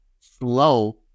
slow